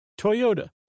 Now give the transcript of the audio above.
Toyota